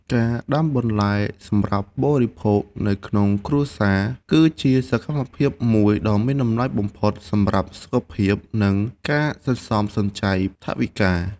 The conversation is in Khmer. ការដាំបន្លែសម្រាប់បរិភោគនៅក្នុងគ្រួសារគឺជាសកម្មភាពមួយដ៏មានតម្លៃបំផុតសម្រាប់សុខភាព និងការសន្សំសំចៃថវិកា។